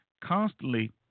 constantly